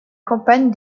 campagne